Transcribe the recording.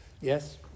Yes